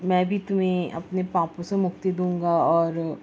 میں بھی تمہیں اپنے پاپوں سے مکتی دوں گا اور